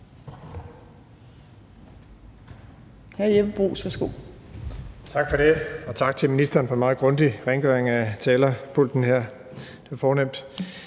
Tak for det, og tak til ministeren for den meget grundige rengøring af talerpulten, det er fornemt.